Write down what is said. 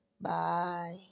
Bye